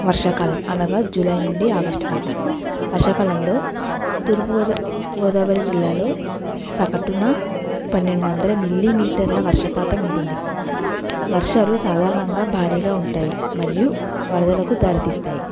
వర్షాకాలం అనగా జూలై నుండి ఆగష్టు వరకు వర్షాకాలంలో తూర్పు గోదా గోదావరి జిల్లాలో సగటున పన్నెండు వందల మిల్లీ మీటర్ల వర్షపాతం ఉంటుంది వర్షాలు సాధారణంగా భారీగా ఉంటాయి మరియు వరదలకు దారి తీస్తాయి